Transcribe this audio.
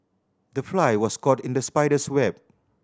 the fly was caught in the spider's web